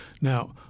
Now